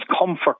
comfort